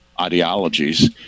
ideologies